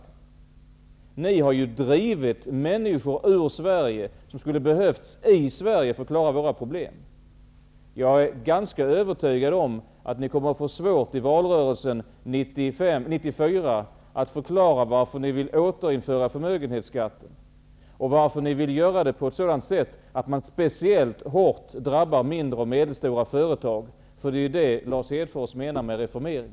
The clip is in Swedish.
Socialdemokraterna har ju drivit människor ur Sverige som skulle ha behövts i Sverige för att klara våra problem. Jag är ganska övertygad om att ni kommer att få svårt att i valrörelsen 1994 förklara varför ni vill återinföra förmögenhetsskatten, och varför ni vill göra det på ett sådant sätt att den speciellt hårt drabbar mindre och medelstora företag. Det är ju detta Lars Hedfors menar med reformering.